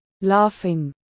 Laughing